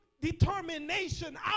determination